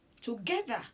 together